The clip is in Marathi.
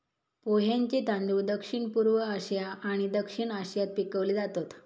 पोह्यांचे तांदूळ दक्षिणपूर्व आशिया आणि दक्षिण आशियात पिकवले जातत